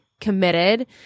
committed